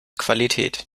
qualität